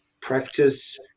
practice